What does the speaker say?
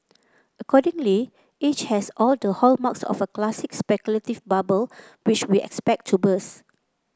accordingly each has all the hallmarks of a classic speculative bubble which we expect to burst